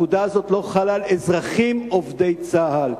הפקודה הזאת לא חלה על אזרחים עובדי צה"ל,